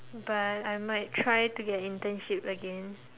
but I might try to get internship again